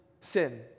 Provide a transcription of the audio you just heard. sin